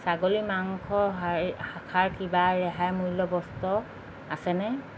ছাগলী মাংস হা শাখাৰ কিবা ৰেহাই মূল্য বস্তু আছেনে